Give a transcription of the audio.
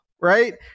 Right